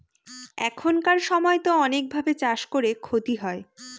এখানকার সময়তো অনেক ভাবে চাষ করে ক্ষতি হয়